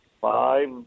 five